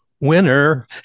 winner